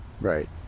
Right